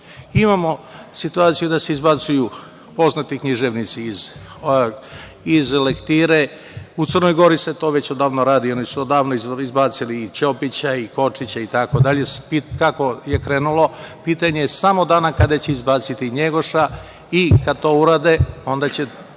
situaciju da se izbacuju poznati književnici iz lektire, u Crnoj Gori se to već odavno radi, oni su odavno izbacili i Ćopića i Kočića itd. Kako je krenulo, pitanje je samo dana kada će izbaciti Njegoša i kada to urade, onda će